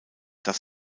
dass